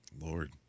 Lord